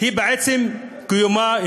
היא בעצם קיומה.